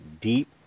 deep